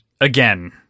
again